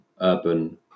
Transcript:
urban